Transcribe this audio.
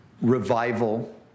revival